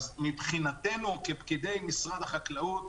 אז מבחינתנו כפקידי משרד החקלאות,